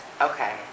Okay